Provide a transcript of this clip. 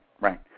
right